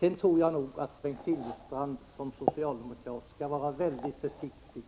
Jag tycker sedan att Bengt Silfverstrand som socialdemokrat skall vara mycket försiktig